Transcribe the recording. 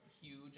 huge